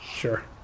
Sure